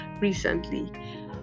recently